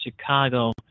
Chicago